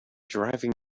driving